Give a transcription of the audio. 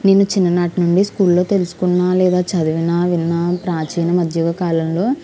నేను చిన్ననాటి నుండి స్కూల్లో తెలుసుకున్న లేదా చదివిన విన్నా ప్రాచీన మధ్యయుగ కాలంలో